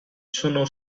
sono